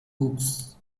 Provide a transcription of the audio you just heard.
books